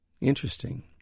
Interesting